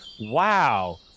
Wow